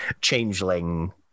changeling